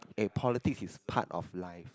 eh politics is part of life